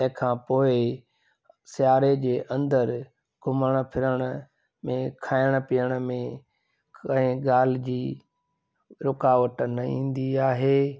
तंहिं खां पोइ सीआरे जे अंदरि घुमणु फिरण में खाइणु पीअण में कंहिं ॻाल्हि जी रुकावट न ईंदी आहे